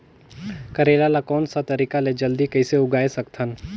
करेला ला कोन सा तरीका ले जल्दी कइसे उगाय सकथन?